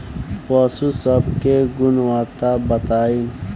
पशु सब के गुणवत्ता बताई?